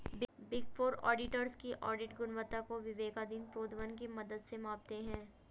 big four auditors की audit गुणवत्ता को विवेकाधीन प्रोद्भवन की मदद से मापते हैं